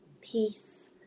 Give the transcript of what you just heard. peace